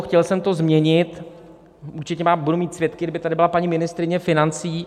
Chtěl jsem to změnit, určitě budu mít svědky, kdyby tady byla paní ministryně financí.